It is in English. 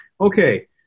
Okay